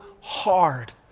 hard